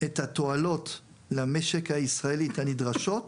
את התועלות למשק הישראלי כנדרשות,